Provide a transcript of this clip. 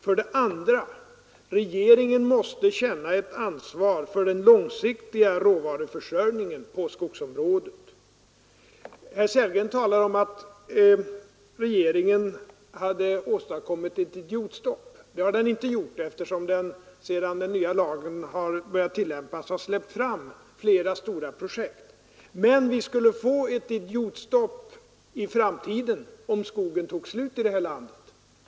För det andra vill jag betona att regeringen måste känna ett ansvar för den långsiktiga råvaruförsörjningen på skogsområdet. Herr Sellgren talar om att regeringen hade åstadkommit ett ”idiotstopp”. Det har den inte gjort, eftersom den sedan den nya lagen börjat tillämpas släppt fram flera stora projekt. Men vi skulle få ett idiotstopp i framtiden, om skogen tog slut i det här landet.